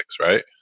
right